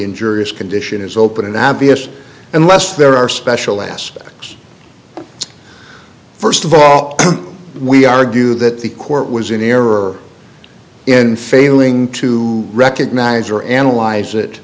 injurious condition is open and obvious unless there are special aspects first of all we argue that the court was in error in failing to recognize or analyze it